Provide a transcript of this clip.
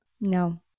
No